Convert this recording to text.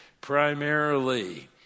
primarily